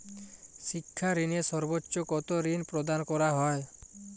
শিক্ষা ঋণে সর্বোচ্চ কতো ঋণ প্রদান করা হয়?